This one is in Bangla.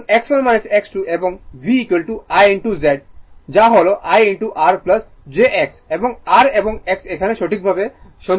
সুতরাং X1 X2 এবং V I Z যা হল I R jX এবং R এবং X এখানে সঠিকভাবে সংজ্ঞায়িত করা হয়